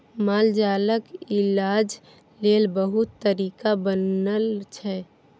मालजालक इलाज लेल बहुत तरीका बनल छै